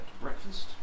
breakfast